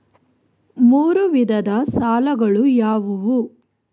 ಮೂರು ವಿಧದ ಸಾಲಗಳು ಯಾವುವು?